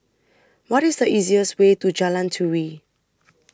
What IS The easiest Way to Jalan Turi